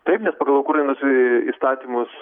taip nes pagal ukrainos iii įstatymus